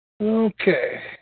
Okay